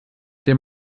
der